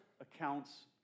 accounts